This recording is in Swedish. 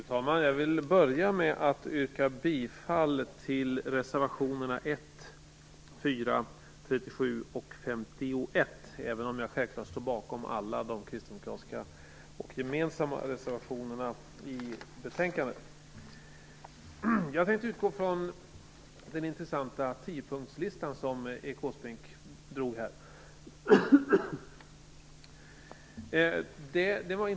Fru talman! Jag vill börja med att yrka bifall till reservationerna 1, 4, 37 och 51, även om jag självfallet står bakom alla de kristdemokratiska och gemensamma reservationerna i betänkandet. Jag tänkte utgå från den intressanta tiopunktslistan som Erik Åsbrink drog här.